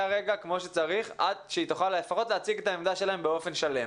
כמו שצריך עד שהיא תוכל לפחות להציג את העמדה שלהם באופן שלם.